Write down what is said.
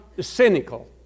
cynical